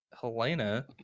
Helena